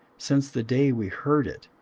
since the day we heard it,